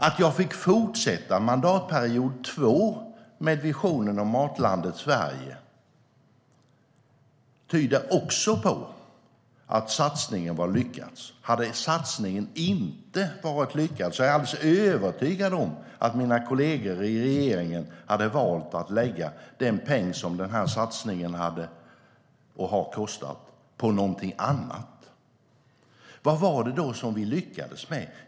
Att jag fick fortsätta mandatperiod två med visionen om Matlandet Sverige tyder också på att satsningen var lyckad. Hade satsningen inte varit lyckad är jag alldeles övertygad om att mina kollegor i regeringen hade valt att lägga den peng som satsningen kostade på någonting annat. Vad var det då som vi lyckades med?